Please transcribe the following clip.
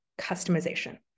customization